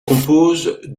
compose